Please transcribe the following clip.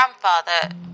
grandfather